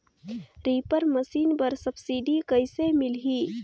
Reaper machine बर subsidy कइसे मिलही?